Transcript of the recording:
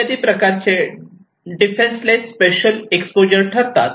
इत्यादी प्रकारचे defenceless special exposure ठरतात